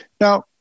Now